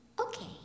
okay